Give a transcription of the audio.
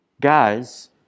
Guys